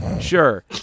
Sure